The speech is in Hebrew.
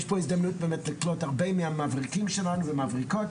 יש פה הזדמנות באמת לקלוט הרבה מהמבריקים שלנו ומהמבריקות,